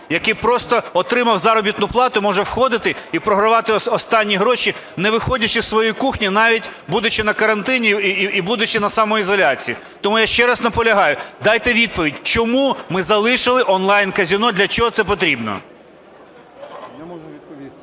який просто отримав заробітну плату, може входити і програвати останні гроші, не виходячи зі своєї кухні, навіть будучи на карантині і будучи на самоізоляції. Тому я ще раз наполягаю, дайте відповідь, чому ми залишили онлайн-казино, для чого це потрібно? ГОЛОВУЮЧИЙ.